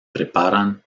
preparan